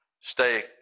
stay